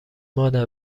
مادر